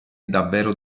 davvero